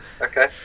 Okay